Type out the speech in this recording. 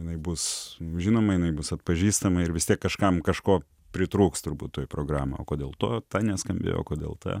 jinai bus žinoma jinai bus atpažįstama ir vis tiek kažkam kažko pritrūks turbūt toj programoj o kodėl to ta neskambėjo kodėl ta